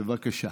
בבקשה.